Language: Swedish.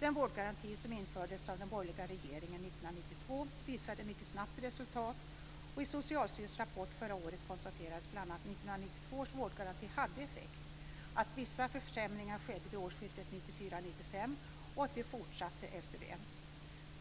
Den vårdgaranti som infördes av den borgerliga regeringen 1992 visade mycket snabbt resultat, och i Socialstyrelsens rapport förra året konstaterades bl.a. att 1992 års vårdgaranti hade effekt, att vissa försämringar skedde vid årsskiftet 1994/1995 och att de fortsatte efter det.